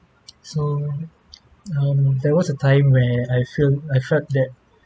so um there was a time where I feel I felt that